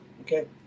okay